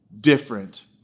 different